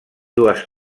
dues